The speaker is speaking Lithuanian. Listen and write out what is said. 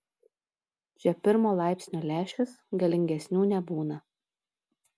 čia pirmo laipsnio lęšis galingesnių nebūna